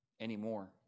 anymore